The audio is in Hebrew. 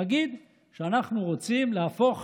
נגיד שאנחנו רוצים להפוך